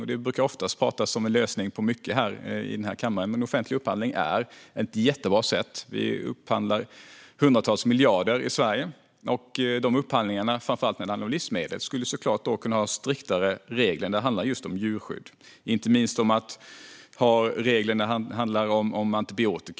Detta brukar nämnas som en lösning på mycket här i kammaren, men offentlig upphandling är ett jättebra sätt. Vi gör upphandlingar för hundratals miljarder i Sverige. Reglerna för dessa upphandlingar - framför allt när det handlar om livsmedel - skulle såklart kunna vara striktare just i fråga om djurskydd, inte minst när det gäller regler om antibiotika.